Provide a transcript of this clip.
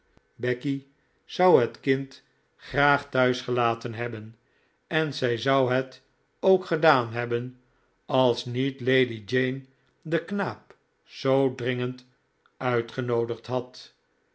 becky zou het kind graag thuis gelaten hebben en zij zou het ook gedaan hebben als niet lady jane den knaap zoo dringend uitgenoodigd had